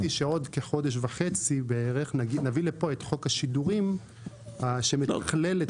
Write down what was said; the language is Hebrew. אמרתי שעוד כחודש וחצי בערך נביא לפה את חוק השידורים שמתכלל את